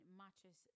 matches